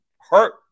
hurt